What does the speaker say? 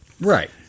Right